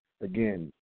Again